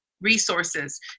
resources